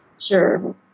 sure